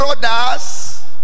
brothers